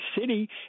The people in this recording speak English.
city